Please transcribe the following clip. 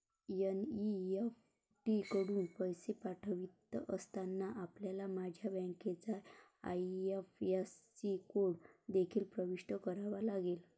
NEFT कडून पैसे पाठवित असताना, आपल्याला माझ्या बँकेचा आई.एफ.एस.सी कोड देखील प्रविष्ट करावा लागेल